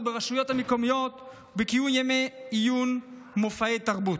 ברשויות המקומיות ובקיום ימי עיון ומופעי תרבות.